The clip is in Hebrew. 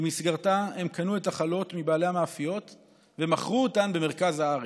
ובמסגרתה הם קנו את החלות מבעלי המאפיות ומכרו אותן במרכז הארץ.